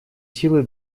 силы